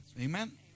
Amen